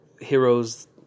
heroes